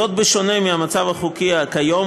ובשונה מהמצב החוקי כיום,